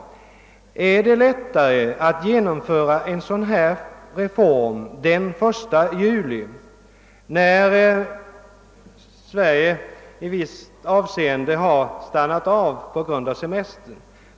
Men, vill jag fråga, är det lättare att genomföra en sådan reform den 1 juli, då Sverige i vissa avseenden har stannat av på grund av semester?